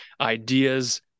ideas